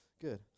Good